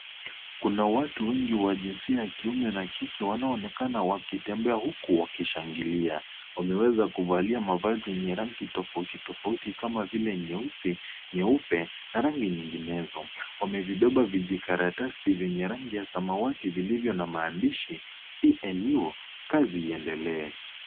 Kuna watu wengi wa jinsia ya kiume na kike wanao onekana wakitembea huku wakishangilia wameweza kuvalia mavazi yenye rangi tofauti tofauti kama vile nyeusi nyeupe na rangi nyinginezo wamevibeba vijikaratasi vyenye rangi ya samawati vilivyo na maandishi PNU kazi iendelee.